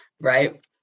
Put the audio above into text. right